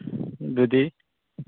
दुदी